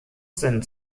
sind